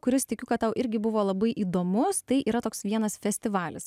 kuris tikiu kad tau irgi buvo labai įdomus tai yra toks vienas festivalis